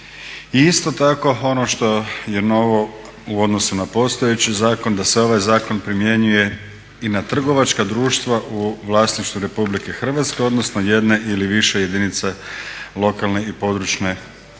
isto tako ono što je novo u odnosu na postojeći zakon da se ovaj zakon primjenjuje i na trgovačka društva u vlasništvu Republike Hrvatske odnosno jedne ili više jedinica lokalne i područne